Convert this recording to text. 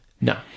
No